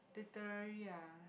literary ah